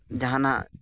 ᱡᱟᱦᱟᱱᱟᱜ